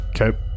Okay